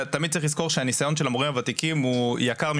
ותמיד צריך לזכור שהניסיון של המורים הוותיקים הוא יקר מפז,